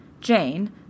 jane